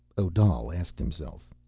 odal asked himself.